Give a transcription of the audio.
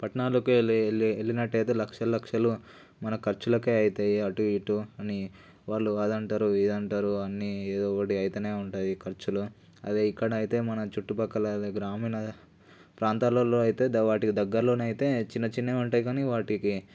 పట్టణాలకి వెళ్ళి వెళ్ళినట్లయితే లక్షల లక్షలు మన ఖర్చులకే అవుతాయి అటు ఇటు అని వాళ్ళు అది అంటారు ఇది అంటారు అన్నీ ఏదో ఒకటి అవుతూనే ఉంటాయి ఖర్చులు అదే ఇక్కడ అయితే మనం మన చుట్టుపక్కల లేదా గ్రామీణ ప్రాంతాలలో అయితే వాటికి దగ్గరలోనైతే చిన్న చిన్నవి ఉంటాయి కానీ వాటికి